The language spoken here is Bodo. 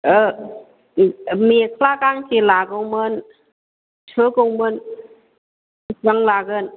मेख्ला गांसे लागौमोन सुहोगौमोन बेसेबां लागोन